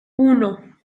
uno